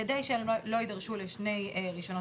כדי שהם לא יידרשו לשני רישיונות,